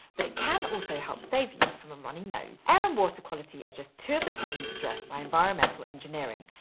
but it can also help save you from a runny nose! air and water quality are just two of the problems addressed by environmental engineering,